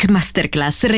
Masterclass